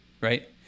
Right